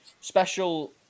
special